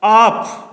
off